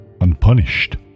unpunished